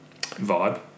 Vibe